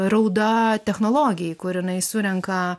rauda technologijai kur jinai surenka